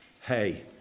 hey